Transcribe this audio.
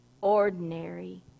Ordinary